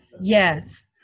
yes